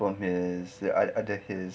from his the other his